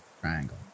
triangle